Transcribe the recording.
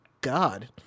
God